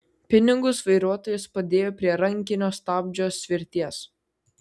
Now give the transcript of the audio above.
pinigus vairuotojas padėjo prie rankinio stabdžio svirties